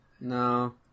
No